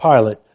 Pilate